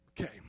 Okay